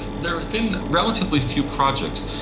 there have been relatively few projects.